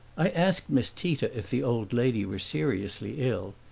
i asked miss tita if the old lady were seriously ill,